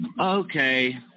Okay